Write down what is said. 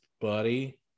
buddy